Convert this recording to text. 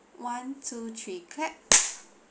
one two three clap